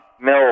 mill